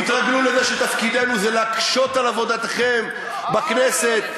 תתרגלו לזה שתפקידנו זה להקשות על עבודתכם בכנסת.